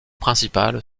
principal